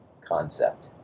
concept